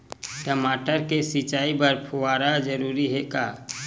टमाटर के सिंचाई बर फव्वारा जरूरी हे का?